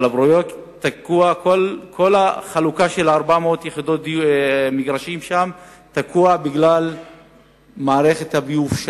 כל החלוקה של 400 המגרשים תקועה בגלל מערכת הביוב,